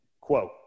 Quote